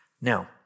Now